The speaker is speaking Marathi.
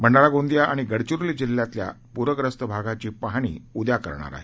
भंडारा गोंदीया आणि गडचिरोली जिल्ह्यातल्या पुरग्रस्त भागाची पाहणी उद्या करणार आहे